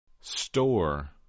Store